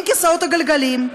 עם כיסאות הגלגלים,